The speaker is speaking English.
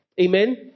Amen